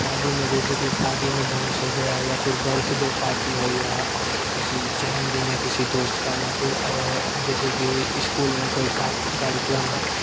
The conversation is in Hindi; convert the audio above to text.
शादी में जैसे कि शादी में डांस हो गया या फिर बर्थ डे पर पार्टी हो गया किसी जन्मदिन है किसी दोस्त का या फिर जैसे कि स्कूल में कोई कार्यक्रम है